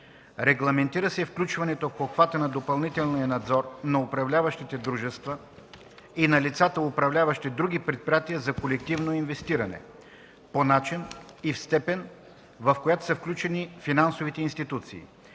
Регламентира се включването в обхвата на допълнителния надзор на управляващите дружества и на лицата, управляващи други предприятия за колективно инвестиране, по начина и в степента, в която са включени финансовите институции.